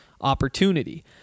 opportunity